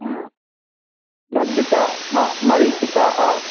भज्जित म मरीचिकाः